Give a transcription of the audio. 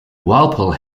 walpole